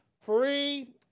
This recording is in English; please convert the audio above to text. free